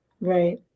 right